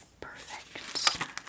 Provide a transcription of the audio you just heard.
Perfect